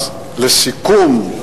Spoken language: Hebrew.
אז לסיכום,